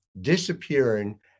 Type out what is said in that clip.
disappearing